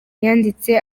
yanditse